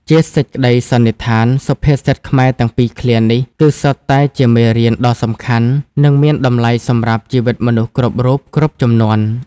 ជាសេចក្តីសន្និដ្ឋាន សុភាសិតខ្មែរទាំងពីរឃ្លានេះ គឺសុទ្ធតែជាមេរៀនដ៏សំខាន់ និងមានតម្លៃសម្រាប់ជីវិតមនុស្សគ្រប់រូប គ្រប់ជំនាន់។